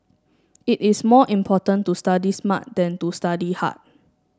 it is more important to study smart than to study hard